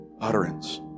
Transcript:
utterance